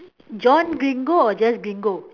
john gringo or just gringo